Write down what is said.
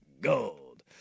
Gold